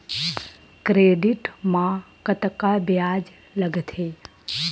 Credit मा कतका ब्याज लगथे?